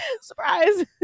surprise